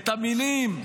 את המילים: